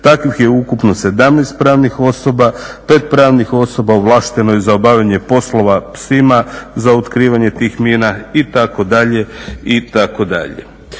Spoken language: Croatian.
Takvih je ukupno 17 pravnih osoba, 5 pravnih osoba ovlašteno je za obavljanje poslova psima za otkrivanje tih mina itd.,